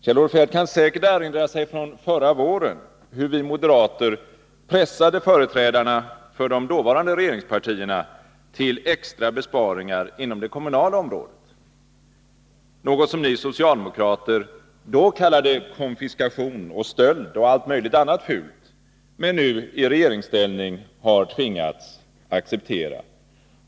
Kjell-Olof Feldt kan säkert erinra sig från förra våren hur vi moderater pressade företrädarna för de dåvarande regeringspartierna till extra besparingar inom det kommunala området, något som ni socialdemokrater då kallade konfiskation, stöld och allt möjligt annat fult men nu i regeringsställning har tvingats acceptera.